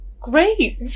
great